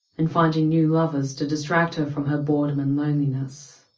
and finding new lovers to distract her from her boredom and loneliness.